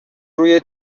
روی